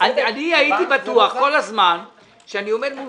אני הייתי בטוח כל הזמן שאני עובד מול